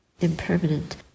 impermanent